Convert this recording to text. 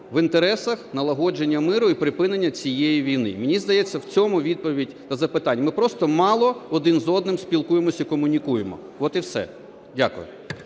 в інтересах налагодження миру і припинення цієї війни. Мені здається, в цьому відповідь на запитання. Ми просто мало один з одним спілкуємося і комунікуємо, от і все. Дякую.